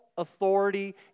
authority